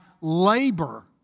labor